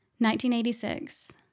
1986